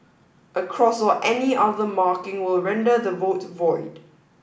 a cross or any other marking will render the vote void